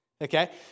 Okay